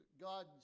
God